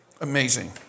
Amazing